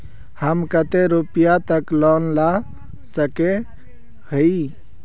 हम कते रुपया तक लोन ला सके हिये?